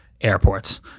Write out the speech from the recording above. airports